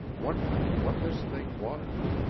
wondering what this thing was.